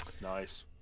nice